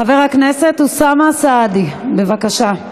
חבר הכנסת אוסאמה סעדי, בבקשה.